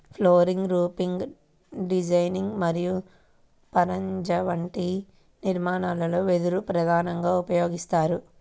flooring, roofing designing మరియు పరంజా వంటి నిర్మాణాలలో వెదురు ప్రధానంగా ఉపయోగిస్తారు